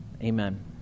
amen